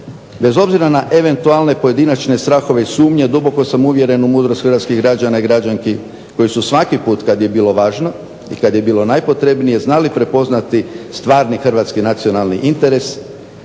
bez obzira na eventualne pojedinačne strahove i sumnje duboko sam uvjeren u mudrost hrvatskih građana i građanki koji su svaki put kad je bilo važno i kad je bilo najpotrebnije znali prepoznati stvarni hrvatski nacionalni interes